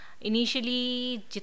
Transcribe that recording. Initially